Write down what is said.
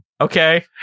Okay